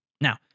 Now